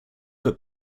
but